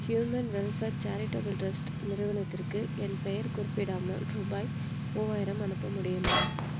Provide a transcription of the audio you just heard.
human welfare charitable trust நிறுவனத்திற்கு என் பெயர் குறிப்பிடாமல் ரூபாய் மூவாயிரம் அனுப்ப முடியுமா